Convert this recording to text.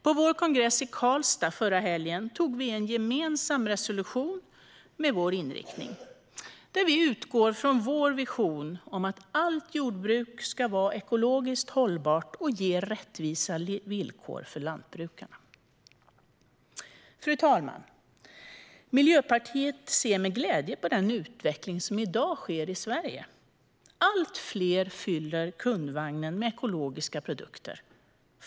På vår kongress i Karlstad förra helgen antog vi en gemensam resolution med vår inriktning för jord och skogsbruket där vi utgår från vår vision om att allt jordbruk ska vara ekologiskt hållbart och ge rättvisa villkor för lantbrukarna. Fru talman! Miljöpartiet ser med glädje på den utveckling som i dag sker i Sverige. Allt fler fyller kundvagnen med ekologiska produkter.